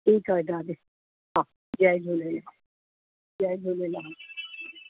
ठीकु आहे दादी हा जय झूलेलाल जय झूलेलाल